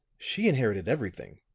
she inherited everything.